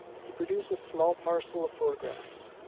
he produced a small parcel of photographs.